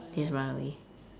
they just run away